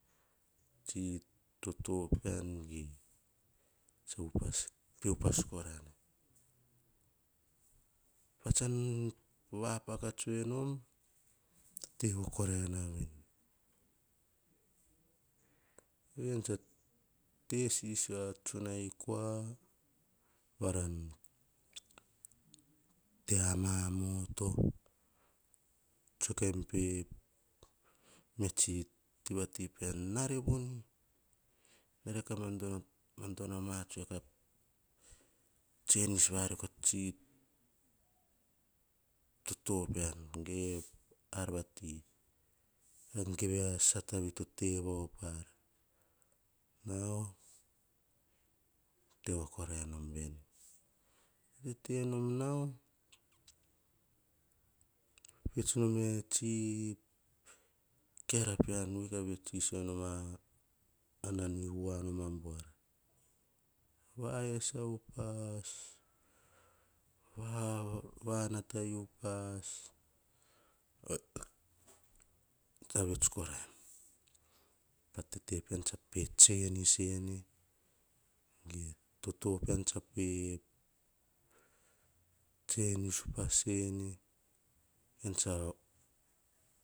Tsi toto pean ge tsa upas pe upas korane. Pa tson vapoka tsoe nom, tsa te voa ko rae na veni. Pean tsa te sisio a tsunai kua, varau te amamoto tsoe kaim pe via tsi tiva ti pean nare voni nare ka madono a ma tsoe ka tsenis variko a tsi toto pean ge ar vati nan geve a sata vito tevao par. Nao te voa koarae nom veni tete nom. Vet nom e tsi kiara kat vets sisio nom a nam u voa koroim, pa tete pian tsa pe tsenis ene ge toto pean tsa pe tsenis upas ene ean tsa.